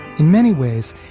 in many ways,